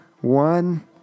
One